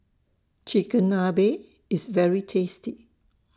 Chigenabe IS very tasty